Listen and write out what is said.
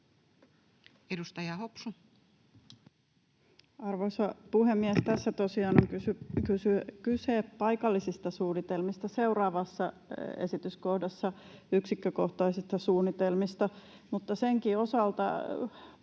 Content: Arvoisa puhemies! Tässä tosiaan on kyse paikallisista suunnitelmista, seuraavassa esityskohdassa yksikkökohtaisista suunnitelmista, mutta senkin osalta